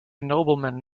nobleman